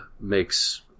makes